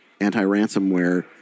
anti-ransomware